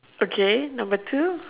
okay number two